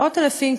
מאות אלפים,